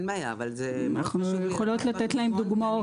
אנחנו יכולות לתת להם דוגמאות.